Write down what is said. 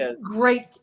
great